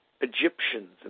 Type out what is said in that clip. Egyptians